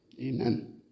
Amen